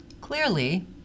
Clearly